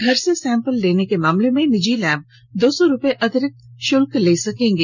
घर से सैंपल लेने के मामले में निजी लैब दो सौ रूपये अतिरिक्त शुल्क ले सकेंगे